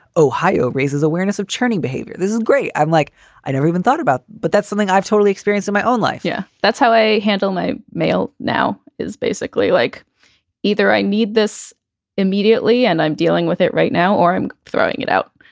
ohio raises awareness of czerny behavior. this is great. i'm like i never even thought about, but that's something i've totally experience in my own life yeah, that's how i handle my mail now is basically like either i need this immediately and i'm dealing with it right now or i'm throwing it out.